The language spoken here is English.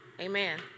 Amen